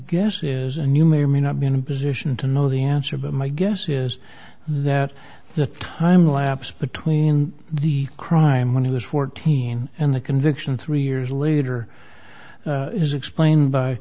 guess is a new mayor may not be in a position to know the answer but my guess is that the time lapse between the crime when he was fourteen and the conviction three years later is explained by